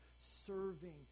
serving